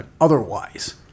otherwise